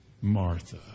Martha